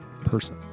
person